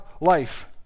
life